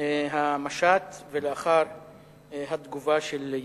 לא משתתף בדיון בו.